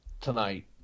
tonight